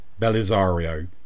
Belisario